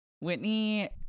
whitney